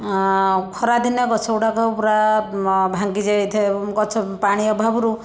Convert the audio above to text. ଅ ଖରାଦିନେ ଗଛ ଗୁଡ଼ାକ ପୁରା ଭାଙ୍ଗି ଯାଇଥାଏ ଗଛ ପାଣି ଅଭାବରୁ